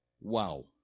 Wow